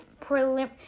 prelim